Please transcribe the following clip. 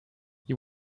you